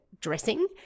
dressing